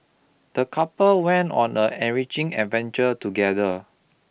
the couple went on the enriching adventure together